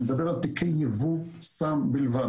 אני מדבר על תיקי ייבוא סם בלבד,